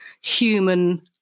human